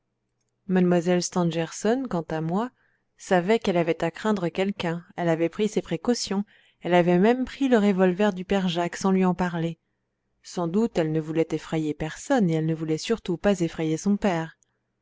mlle stangerson quant à moi savait qu'elle avait à craindre quelqu'un elle avait pris ses précautions elle avait même pris le revolver du père jacques sans lui en parler sans doute elle ne voulait effrayer personne elle ne voulait surtout pas effrayer son père